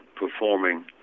performing